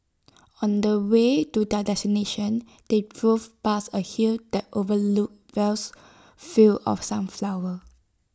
on the way to their destination they drove past A hill that overlooked vast fields of sunflowers